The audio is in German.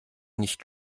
nicht